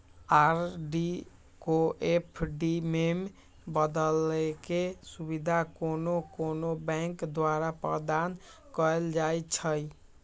RD को FD में बदलेके सुविधा कोनो कोनो बैंके द्वारा प्रदान कएल जाइ छइ